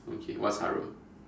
okay what's harem